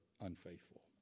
unfaithful